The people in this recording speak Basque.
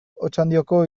otxandioko